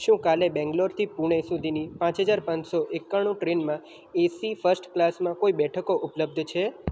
શું કાલે બેંગ્લોરથી પૂણે સુધીની પાંચ હજાર પાનસો એકાણું ટ્રેનમાં એસી ફર્સ્ટ ક્લાસમાં કોઈ બેઠકો ઉપલબ્ધ છે